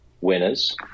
winners